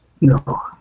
no